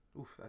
Oof